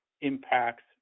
impacts